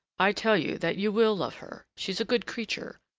i tell you that you will love her she's a good creature,